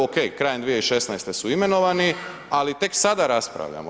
Ok krajem 2016. su imenovani, ali tek sada raspravljamo.